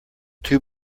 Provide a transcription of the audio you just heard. two